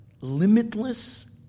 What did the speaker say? limitless